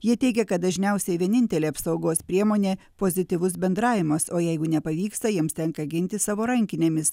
jie teigia kad dažniausiai vienintelė apsaugos priemonė pozityvus bendravimas o jeigu nepavyksta jiems tenka gintis savo rankinėmis